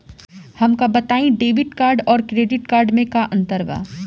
हमका बताई debit card और क्रेडिट कार्ड में का अंतर बा?